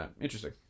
Interesting